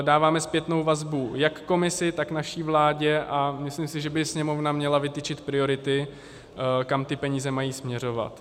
Dáváme zpětnou vazbu jak Komisi, tak naší vládě a myslím si, že by Sněmovna měla vytyčit priority, kam ty peníze mají směřovat.